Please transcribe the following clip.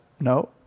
No